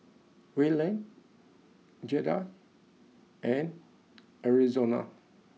Wayland Giada and Arizona